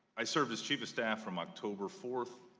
i served as chief of staff from october four,